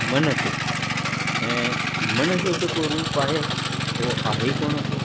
मन ते ऐं मन जो जेको रूप आहे उहो आहे ई कोन को